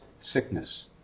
sickness